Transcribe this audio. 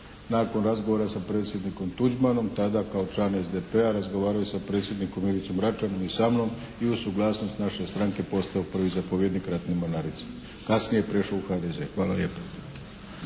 Nakon razgovora sa predsjednikom Tuđmanom tada kao član SDP-a razgovarao je sa predsjednikom Ivicom Račanom i sa mnom i uz suglasnost naše stranke postao prvi zapovjednik ratne mornarice. Kasnije je prešao u HDZ. Hvala lijepo.